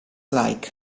like